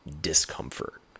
discomfort